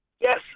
Yes